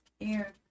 air